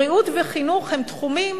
בריאות וחינוך הם תחומים,